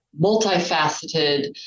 multifaceted